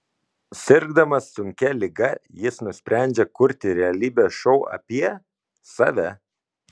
sirgdamas sunkia liga jis nusprendžia kurti realybės šou apie save